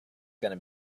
going